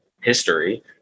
history